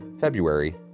February